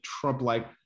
Trump-like